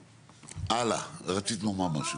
הלאה, רצית לומר משהו?